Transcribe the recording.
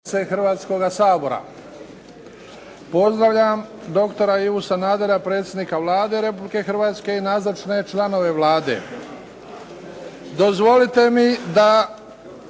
Hrvatskoga sabora. Pozdravljam dr. Ivu Sanadera, predsjednika Vlade Republike Hrvatske i nazočne članove Vlade. Dozvolite mi da